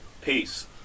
Peace